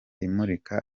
imurika